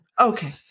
Okay